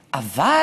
אבל,